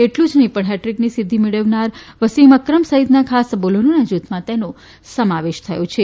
એટલું જ નહીં પણ હેટ્રીકની સિદ્ધી મેળવનાર વસીમ અક્રમ સહિતના ખાસ બોલરોના જથમાં તેનો સમાવેશ થયો છે